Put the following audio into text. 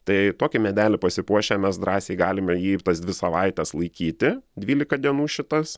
tai tokį medelį pasipuošę mes drąsiai galime jį tas dvi savaites laikyti dvylika dienų šitas